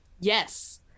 yes